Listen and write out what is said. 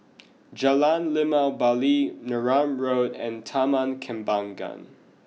Jalan Limau Bali Neram Road and Taman Kembangan